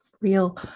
real